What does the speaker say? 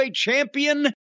Champion